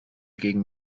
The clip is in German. gegen